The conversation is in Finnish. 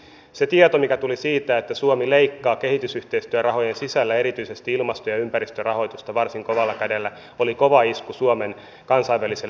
se tieto mikä tuli siitä että suomi leikkaa kehitysyhteistyörahojen sisällä erityisesti ilmasto ja ympäristörahoitusta varsin kovalla kädellä oli kova isku suomen kansainväliselle työlle